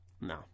No